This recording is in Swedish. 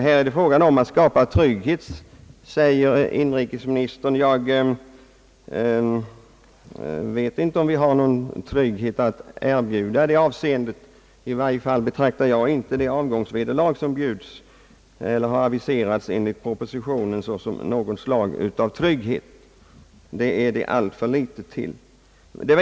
Här är det fråga om att skapa trygghet, säger inrikesministern. Jag vet inte om vi alls har någon trygghet att erbjuda i det avseendet. I varje fall betraktar jag inte det avgångsvederlag som har aviserats i propositionen såsom något slag av trygghet. Därtill är det alltför litet.